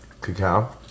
Cacao